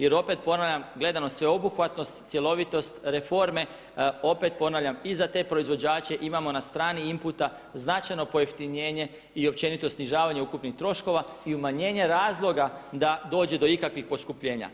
Jer opet ponavljam gledano sveobuhvatnost, cjelovitost, reforme opet ponavljam i za te proizvođače imamo na strani inputa značajno pojeftinjenje i općenito snižavanje ukupnih troškova i umanjenje razloga da dođe do ikakvih poskupljenja.